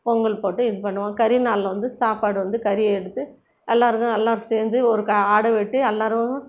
பொங்கல் போட்டு இது பண்ணுவோம் கரிநாளில் வந்து சாப்பாடு வந்து கறி எடுத்து எல்லோருக்கும் எல்லோரும் சேர்ந்து ஒரு ஆடு வெட்டி எல்லோரும்